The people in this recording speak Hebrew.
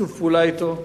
שיתוף פעולה אתו,